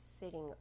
sitting